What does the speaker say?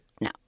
no